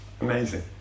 amazing